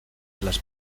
las